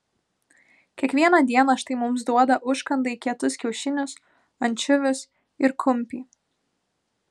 kiekvieną dieną štai mums duoda užkandai kietus kiaušinius ančiuvius ir kumpį